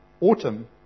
autumn